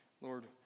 Lord